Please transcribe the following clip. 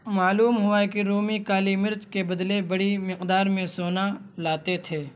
معلوم ہوا ہے کہ رومی کالی مرچ کے بدلے بڑی مقدار میں سونا لاتے تھے